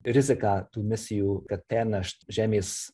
riziką tų misijų rate nešt žemės